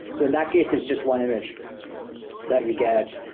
so in that case, it's just one image that you get,